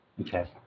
Okay